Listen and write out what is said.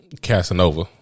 Casanova